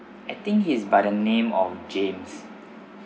I think he's by the name of james